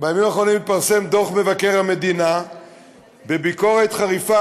בימים האחרונים התפרסם דוח מבקר המדינה בביקורת חריפה